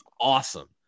awesome